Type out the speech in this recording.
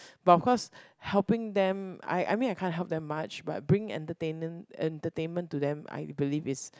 but of course helping them I I mean I can't help them much but bring entertainnen~ entertainment to them I believe is